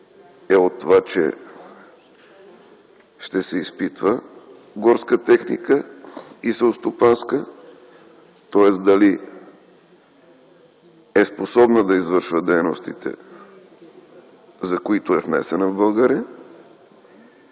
е от това, че ще се изпитва горска и селскостопанска техника, тоест дали е способна да извършва дейностите, за които е внесена в България,